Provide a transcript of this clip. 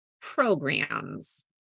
programs